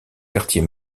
quartier